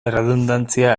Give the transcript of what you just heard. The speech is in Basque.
erredundantzia